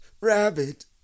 Rabbit